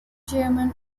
chairman